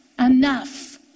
Enough